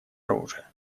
оружия